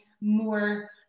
more